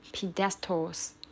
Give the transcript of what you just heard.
pedestals